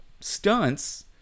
stunts